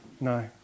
No